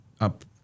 up